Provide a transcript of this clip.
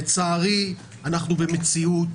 לצערי אנחנו במציאות,